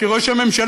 כי ראש הממשלה,